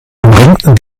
umringten